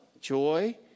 joy